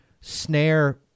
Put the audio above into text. snare